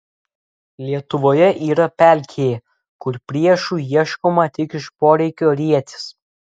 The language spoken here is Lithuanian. lietuvoje yra pelkė kur priešų ieškoma tik iš poreikio rietis